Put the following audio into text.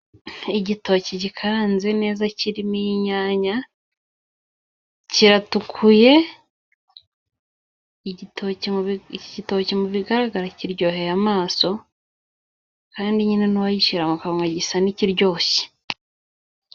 Igitoki gikaranze neza kirimo inyanya kiratukuye, igitoki mu bigaragara kiryoheye amaso kandi nyine n'uwagishyira mu kanwa gisa n'ikiryoshye.